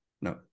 No